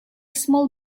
small